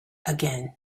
again